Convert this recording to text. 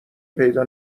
پیدا